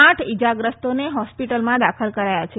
આઠ ઇજાગ્રસ્તોને હોસ્પિટલમાં દાખલ કરાયા છે